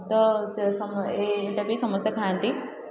ତ ସେ ସମ ଏଇଟା ବି ସମସ୍ତେ ଖାଆନ୍ତି